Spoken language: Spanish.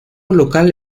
local